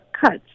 cuts